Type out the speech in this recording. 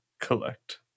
collect